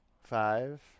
Five